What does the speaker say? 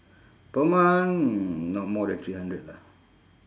per month not more than three hundred lah